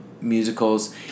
musicals